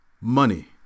Money